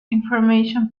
information